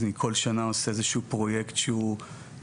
אז אני כל שנה עושה איזה שהוא פרוייקט שהוא התנדבותי,